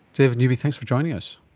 david newby, thanks for joining us.